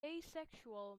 asexual